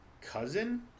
cousin